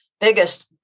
biggest